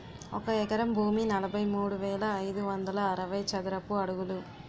ఒక ఎకరం భూమి నలభై మూడు వేల ఐదు వందల అరవై చదరపు అడుగులు